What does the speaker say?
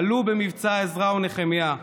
עלו במבצע עזרא ונחמיה,